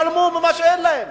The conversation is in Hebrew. ישלמו ממה שאין להם?